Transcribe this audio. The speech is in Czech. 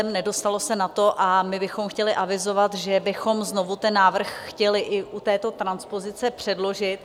Nedostalo se na to a my bychom chtěli avizovat, že bychom znovu ten návrh chtěli i u této transpozice předložit.